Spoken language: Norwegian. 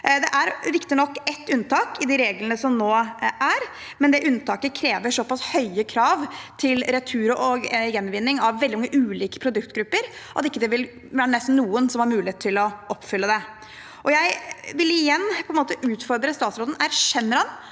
Det er riktig nok ett unntak i de reglene som nå er, men det unntaket krever såpass høye krav til retur og gjenvinning av veldig mange ulike produktgrupper at det nesten ikke vil være noen som vil ha mulighet til å oppfylle det. Jeg vil igjen utfordre statsråden: Erkjenner han